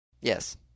Yes